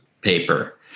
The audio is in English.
paper